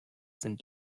sind